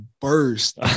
burst